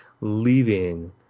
leaving